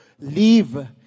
Leave